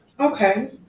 Okay